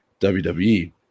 WWE